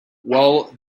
well